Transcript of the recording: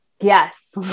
Yes